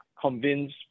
convince